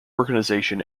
organisation